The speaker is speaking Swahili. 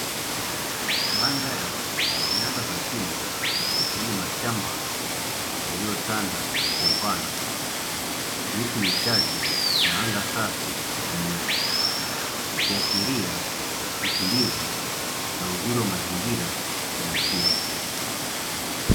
Mandhari ya nyanda za chini, yenye mashamba yaliyotanda kwa upana, miti michache na anga safi la bluu, likiashiria utulivu na uzuri wa mazingira ya asili.